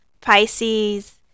Pisces